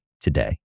today